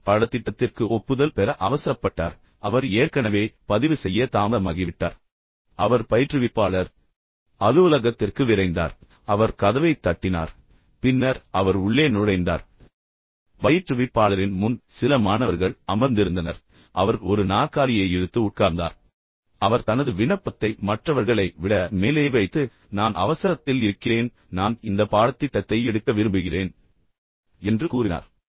ரோஹித் பாடத்திட்டத்திற்கு ஒப்புதல் பெற அவசரப்பட்டார் அவர் ஏற்கனவே பதிவு செய்ய தாமதமாகிவிட்டார் இப்போது அவர் பயிற்றுவிப்பாளர் அலுவலகத்திற்கு விரைந்தார் அவர் கதவைத் தட்டினார் பின்னர் அவர் உள்ளே நுழைந்தார் பயிற்றுவிப்பாளரின் முன் சில மாணவர்கள் அமர்ந்திருந்தனர் அவர் ஒரு நாற்காலியை இழுத்து உட்கார்ந்தார் அவர் தனது விண்ணப்பத்தை மற்றவர்களை விட மேலே வைத்து நான் அவசரத்தில் இருக்கிறேன் நான் இந்த பாடத்திட்டத்தை எடுக்க விரும்புகிறேன் என்று கூறினார்